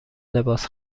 لباس